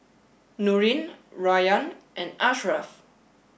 Nurin Rayyan and Ashraff